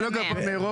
זה לא גבוה מאירופה.